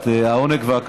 אוסנת הילה מארק למקומה